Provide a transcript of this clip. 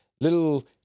little